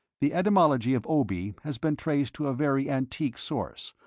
the etymology of obi has been traced to a very antique source,